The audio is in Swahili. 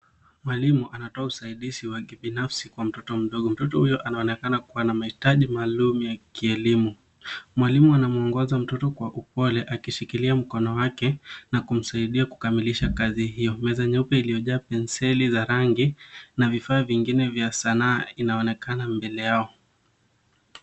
Mwalimu anatoa usaidizi wa kibinafsi kwa mtoto mdogo. Mtoto huyo anaonekana kuwa na mahitaji maalumu ya kielimu. Mwalimu anamwongoza mtoto kwa upole akishikilia mkono wake na kumsaidia kukamilisha kazi hiyo. Meza nyeupe iliyojaa penseli za rangi na vifaa vingine vya sanaa inaonekana mbele yao.